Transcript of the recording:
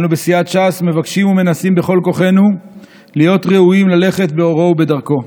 אנו בסיעת ש"ס מבקשים ומנסים בכל כוחנו להיות ראויים ללכת באורו ובדרכו.